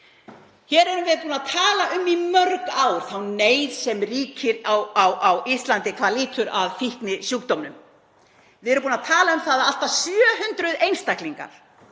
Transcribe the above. Hér erum við búin að tala um í mörg ár þá neyð sem ríkir á Íslandi hvað lýtur að fíknisjúkdómum. Við erum búin að tala um það að allt að 700 einstaklingar